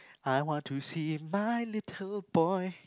I want to see my little boy